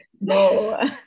no